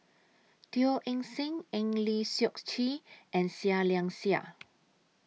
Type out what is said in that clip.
Teo Eng Seng Eng Lee Seok Chee and Seah Liang Seah